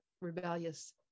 rebellious